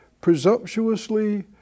presumptuously